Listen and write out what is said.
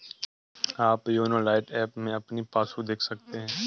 आप YONO lite app में अपनी पासबुक देख सकते हैं